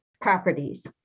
properties